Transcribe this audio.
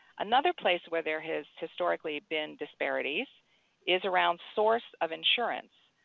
another place where there has historically been disparities is around source of insurance,